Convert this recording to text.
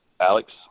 Alex